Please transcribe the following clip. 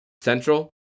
Central